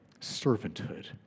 servanthood